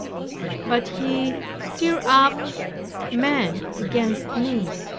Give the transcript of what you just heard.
but he stirred up men against me,